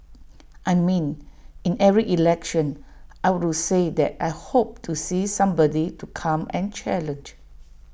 I mean in every election I would to say that I hope to see somebody to come and challenge